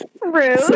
Rude